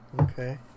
okay